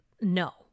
no